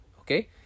okay